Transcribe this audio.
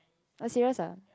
oh serious ah